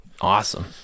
awesome